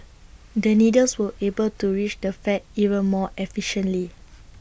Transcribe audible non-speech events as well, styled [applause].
[noise] the needles will be able to reach the fat even more efficiently